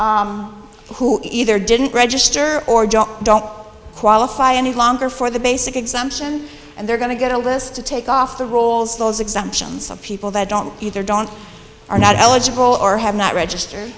who either didn't register or just don't qualify any longer for the basic exemption and they're going to get a list to take off the rolls those exemptions of people that don't either don't are not eligible or have not registered